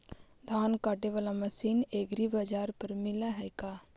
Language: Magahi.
धान काटे बाला मशीन एग्रीबाजार पर मिल है का?